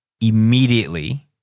immediately